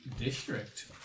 district